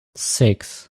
six